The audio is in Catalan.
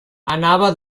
anava